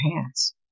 hands